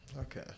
Okay